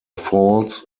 false